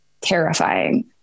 Terrifying